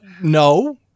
no